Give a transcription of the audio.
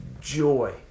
joy